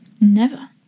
Never